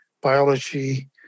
biology